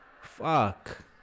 fuck